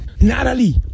Natalie